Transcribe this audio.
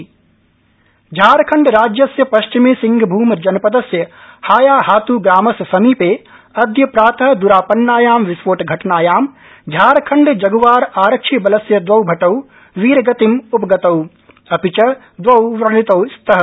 झारखण्ड विस्फोट झारखण्ड राज्यस्य पश्चिमि सिंहभूम जनपदस्य हायाहात् ग्रामस्य समीपे अद्य प्रात द्रापन्नायां विस्फोट घटनायां झारखण्ड जगुआर आरक्षिबलस्य दवौ भटौ वीरगतिम्पगतौ अपि च द्वौ व्रणितौ स्तः